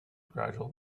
gradual